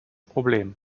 problem